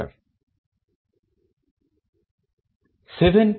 7 কি